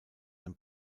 sein